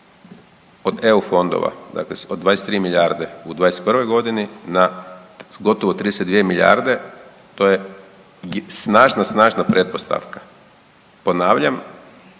od EU fondova, dakle od 23 milijarde u '21. g. na gotovo 32 milijarde, to je snažna, snažna pretpostavka. Ponavljam,